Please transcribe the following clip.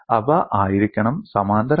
അവ ആയിരിക്കണം സമാന്തരമായി